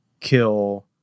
kill